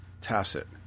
tacit